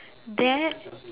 that